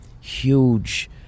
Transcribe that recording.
huge